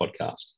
podcast